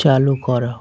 চালু করা